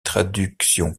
traductions